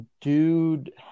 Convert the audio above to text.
dude